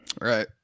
right